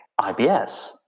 IBS